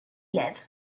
live